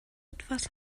etwas